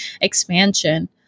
expansion